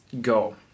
go